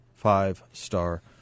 five-star